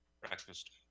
Breakfast